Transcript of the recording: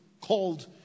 called